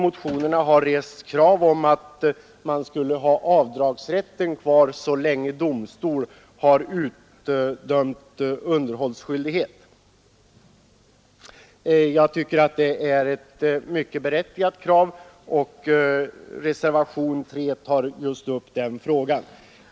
I motionerna har rests krav om att avdragsrätten skulle gälla så länge underhållsskyldigheten kvarstår.